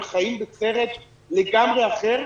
הם חיים בסרט לגמרי אחר.